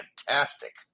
fantastic